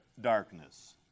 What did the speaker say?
darkness